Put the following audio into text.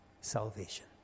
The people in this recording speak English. salvation